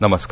नमस्कार